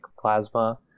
plasma